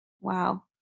Wow